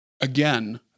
Again